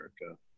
America